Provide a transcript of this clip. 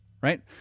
Right